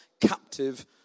captive